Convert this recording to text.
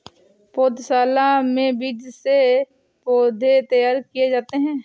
पौधशाला में बीज से पौधे तैयार किए जाते हैं